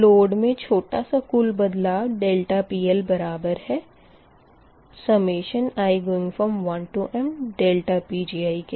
load मे छोटा सा कुल बदलाव PL बराबर है i1mPgi के